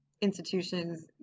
institutions